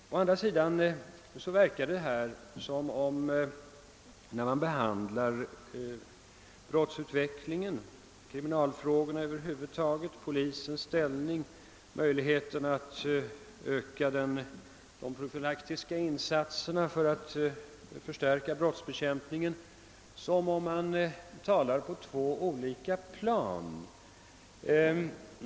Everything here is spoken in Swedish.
Å andra sidan verkar det, när man behandlar brottsutvecklingen och kriminalfrågorna över huvud taget — polisens ställning, möjligheten att öka de profylaktiska insatserna. och en förstärkning av brottsbekämpningen — som om .man talar på två olika plan.